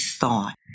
thought